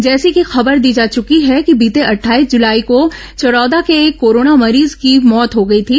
जैसी कि खबर दी जा चुकी है बीते अटठाईस जुलाई को चरौदा के एक कोरोना मरीज की मौत हो गई थी